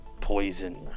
poison